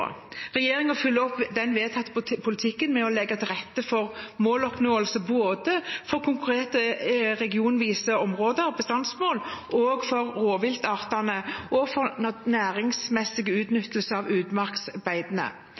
følger opp den vedtatte politikken ved å legge til rette for måloppnåelse både for konkrete regionvise bestandsmål for rovviltartene og for næringsmessig utnyttelse av utmarksbeitene. Som landbruks- og matminister er jeg opptatt av